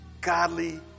godly